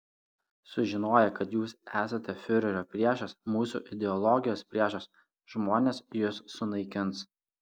sužinoję kad jūs esate fiurerio priešas mūsų ideologijos priešas žmonės jus sunaikins